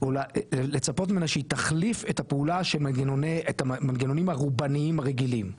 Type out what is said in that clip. או לצפות ממנה שהיא תחליף את הפעולה של המנגנונים הרובניים הרגילים.